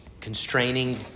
constraining